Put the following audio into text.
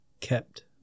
kept